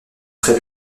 très